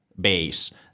base